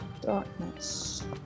Darkness